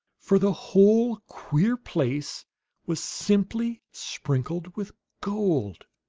for the whole queer place was simply sprinkled with gold.